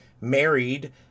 married